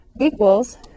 Equals